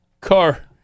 car